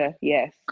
yes